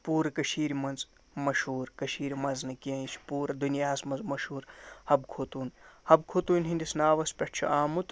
پوٗرٕ کٔشیٖرِ منٛز مہشوٗر کٔشیٖرِ منٛز نہٕ کیٚنٛہہ یہِ چھِ پوٗرٕ دُنیاہَس منٛز مہشوٗر حبہٕ خوتوٗن حبہٕ خوتوٗنۍ ہِنٛدِس ناوَس پٮ۪ٹھ چھِ آمُت